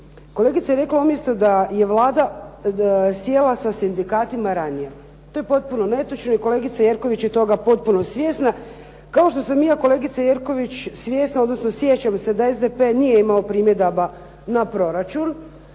Kolegica je rekla umjesto da je Vlada sjela sa sindikatima ranije. To je potpuno netočno i kolegica Jerković je toga potpuno svjesna, kao što sam i ja kolegice Jerković svjesna, odnosno sjećam se da SDP nije imao primjedbi na proračun.